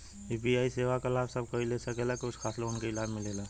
UPI सेवा क लाभ सब कोई ले सकेला की कुछ खास लोगन के ई लाभ मिलेला?